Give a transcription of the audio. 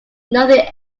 nothing